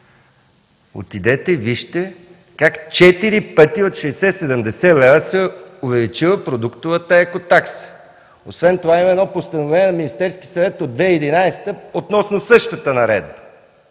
Отидете и вижте как четири пъти – 60-70 лв., се е увеличила продуктовата екотакса! Освен това, има едно постановление на Министерския съвет от 2011 г. относно същата наредба.